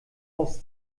aus